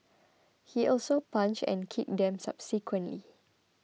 he also punched and kicked them subsequently